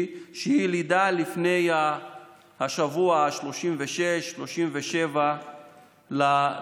שהיא לידה לפני השבוע ה-36, 37 להיריון.